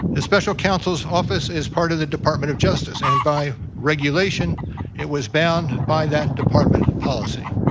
the special council's office is part of the department of justice, and by regulation it was bound by that department policy.